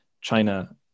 China